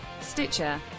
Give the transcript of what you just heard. Stitcher